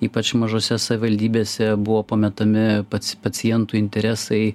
ypač mažose savivaldybėse buvo pametami pac pacientų interesai